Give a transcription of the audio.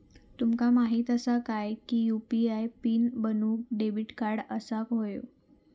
तुमका माहित असा काय की यू.पी.आय पीन बनवूक डेबिट कार्ड असाक व्हयो